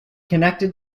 connected